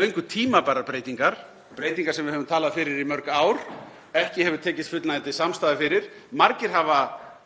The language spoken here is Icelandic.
löngu tímabærar breytingar, breytingar sem við höfum talað fyrir í mörg ár sem ekki hefur tekist fullnægjandi samstaða um. Margir hafa